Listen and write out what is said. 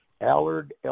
Allard